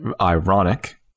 Ironic